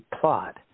plot